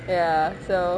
ya so